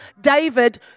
David